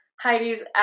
Heidi's